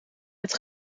het